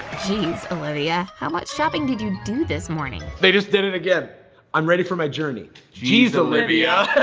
geez, olivia. how much shopping did you do this morning? they just did it again i'm ready for my journey geez, olivia.